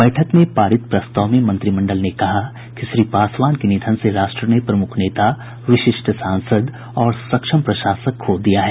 बैठक में पारित प्रस्ताव में मंत्रिमंडल ने कहा कि श्री पासवान के निधन से राष्ट्र ने प्रमुख नेता विशिष्ट सांसद और सक्षम प्रशासक खो दिया है